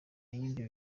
y’ibyo